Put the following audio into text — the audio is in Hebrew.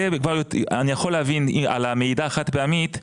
אני יכול להבין על המעידה החד פעמית שהפחת,